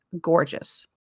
gorgeous